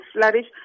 flourish